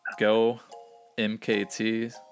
GoMKT